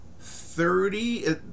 thirty